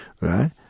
Right